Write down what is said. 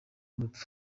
urupfu